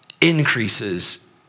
increases